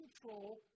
control